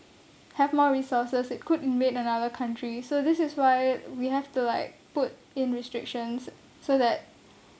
have more resources it could invade another country so this is why we have to like put in restrictions so that